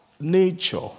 nature